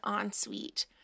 ensuite